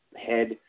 head